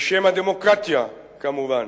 בשם ה'דמוקרטיה', כמובן,